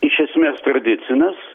iš esmės tradicinis